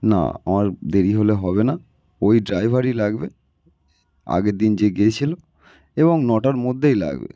না আমার দেরি হলে হবে না ওই ড্রাইভারই লাগবে আগের দিন যে গেছিলো এবং নটার মধ্যেই লাগবে